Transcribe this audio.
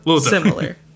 similar